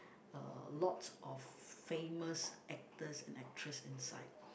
a lot of famous actors and actress inside